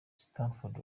stamford